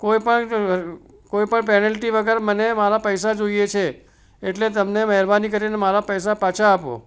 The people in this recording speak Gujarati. કોઈ પણ કોઈ પણ પેનલ્ટી વગર મને મારા પૈસા જોઈએ છે એટલે તમને મહેરબાની કરીને મારા પૈસા પાછા આપો